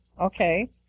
Okay